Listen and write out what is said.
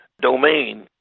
domain